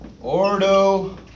Ordo